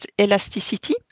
elasticity